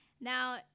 Now